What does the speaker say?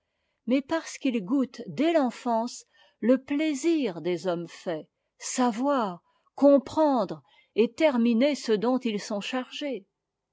mais parce qu'ils goûtent dès l'enfance le plaisir des hommes faits savoir comprendre et terminer ce dont ils sont chargés